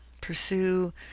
pursue